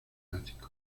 ático